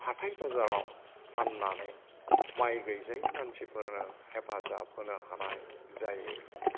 हाथाय बाजाराव फान्नानै माइ गैजायै मानसिफोरनो हेफाजाब होनो हानाय जायो